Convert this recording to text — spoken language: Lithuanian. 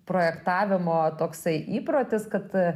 projektavimo toksai įprotis kad